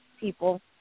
people